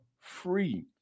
free